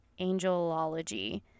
Angelology